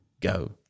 Go